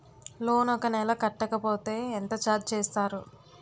Loan ఒక నెల కట్టకపోతే ఎంత ఛార్జ్ చేస్తారు?